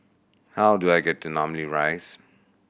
how do I get to Namly Rise